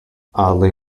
oddly